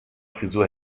frisur